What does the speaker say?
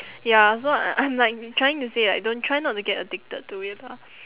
ya so I'm like trying to say like don't try not to get addicted to it lah